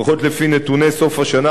לפחות לפי נתוני סוף השנה,